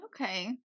Okay